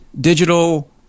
digital